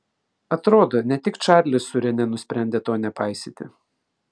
atrodo ne tik čarlis su rene nusprendė to nepaisyti